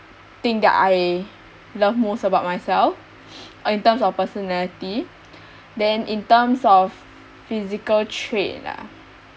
thing that I love most about myself in terms of personality then in terms of physical trait ah